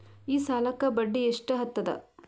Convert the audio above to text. ಈ ಸಾಲಕ್ಕ ಬಡ್ಡಿ ಎಷ್ಟ ಹತ್ತದ?